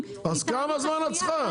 כמה זמן הם צריכים בשביל להיערך,